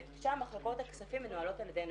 ששם מחלקות הכספים מנוהלות על ידי נשים.